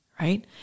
right